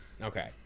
Okay